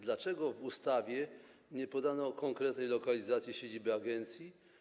Dlaczego w ustawie nie podano konkretnej lokalizacji siedziby agencji?